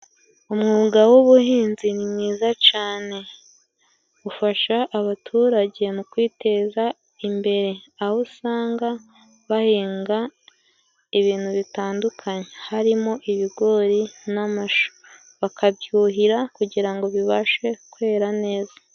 umwuga w'ubuhinzi ni mwiza cane ufasha abaturage mu kwiteza imbere aho usanga bahinga ibintu bitandukanye harimo ibigori n'amashu bakabyuhira kugira ngo bibashe kwera neza